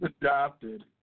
adopted